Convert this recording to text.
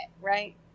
right